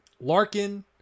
Larkin